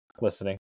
listening